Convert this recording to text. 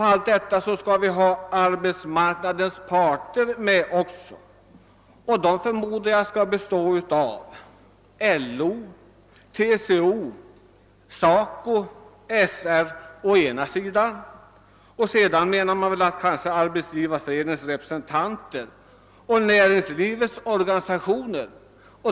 Utöver detta skall arbetsmarknadens parter vara representerade. Jag förmodar att det skall vara LO, TCO, SACO och SR å ena sidan och å andra sidan Arbetsgivareföreningen och kanske näringslivets organisationer.